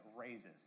raises